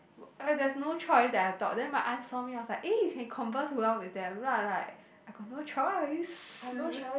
ah there's no choice that I thought then my aunt saw me I was like eh you can converse well with them then I like I got no choice